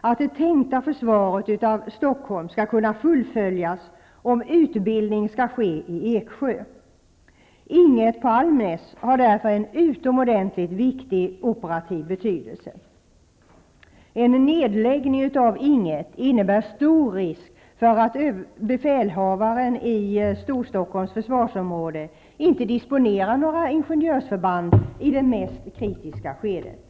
att det tänkta försvaret av Stockholm skall kunna fullföljas om utbildning skall ske i Eksjö. Ing 1 på Almnäs har därför en utomordentligt viktig operativ betydelse. En nedläggning av Ing 1 innebär stor risk för att befälhavaren i Storstockholms försvarsområde inte disponerar några ingenjörsförband i det mest kritiska skedet.